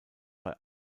bei